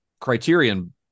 Criterion